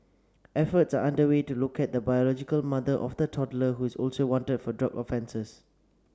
efforts are underway to locate the biological mother of the toddler who is also wanted for drug offences